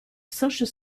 social